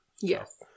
Yes